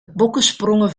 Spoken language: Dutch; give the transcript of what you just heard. bokkensprongen